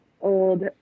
old